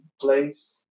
place